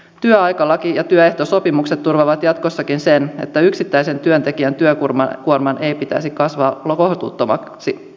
työaikalaki ja työehtosopimukset turvaavat jatkossakin sen että yksittäisen työntekijän työkuorman ei pitäisi kasvaa kohtuuttomaksi